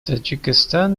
таджикистан